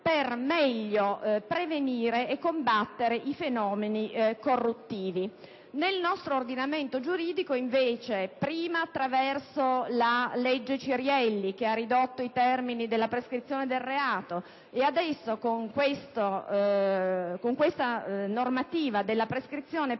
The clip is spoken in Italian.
per meglio prevenire e combattere i fenomeni corruttivi. Nel nostro ordinamento giuridico, invece, prima attraverso la legge Cirielli, che ha ridotto i termini della prescrizione del reato, e adesso, con questa normativa che introduce una prescrizione processuale,